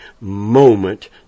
moment